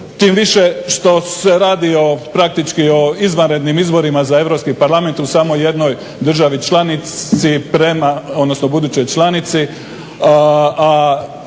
tim više što se radi, o praktički o izvanrednim izborima za Europski parlament u samo jednoj državi članici prema, odnosno budućoj članici,